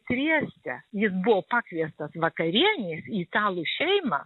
trieste jis buvo pakviestas vakarienės į italų šeimą